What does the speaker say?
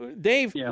Dave